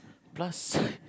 plus